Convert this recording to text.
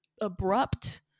abrupt